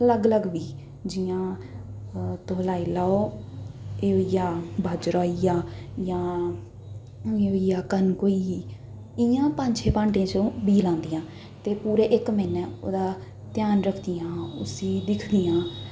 अलग अलग बीऽ जि'यां तुस लाई लैओ एह् होइयै बाजरा होई गेआ जां एह् होई गेआ कनक होई इ'यां पंज छे भांडें च ओह् बीऽ लांदियां ते पूरा इक म्हीना ओह्दा ध्यान रक्खदियां उस्सी दिक्खदियां